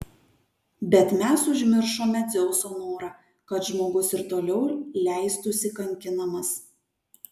bet mes užmiršome dzeuso norą kad žmogus ir toliau leistųsi kankinamas